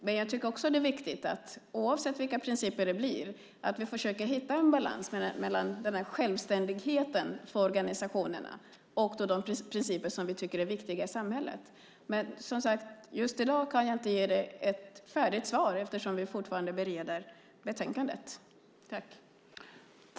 Men jag tycker också att det är viktigt, oavsett vilka principer det blir, att vi försöker hitta en balans mellan självständigheten för organisationerna och de principer som vi tycker är viktiga i samhället. Just i dag kan jag inte, som sagt, ge dig ett färdigt svar eftersom vi fortfarande bereder betänkandet.